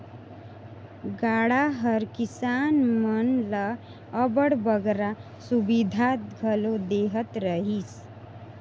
गाड़ा हर किसान मन ल अब्बड़ बगरा सुबिधा घलो देहत रहिस